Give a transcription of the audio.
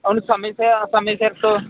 ਉਹਨੂੰ ਸਮੇਂ 'ਤੇ ਸਮੇਂ ਸਿਰ